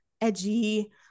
edgy